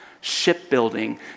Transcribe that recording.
shipbuilding